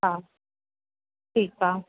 हा ठीकु आहे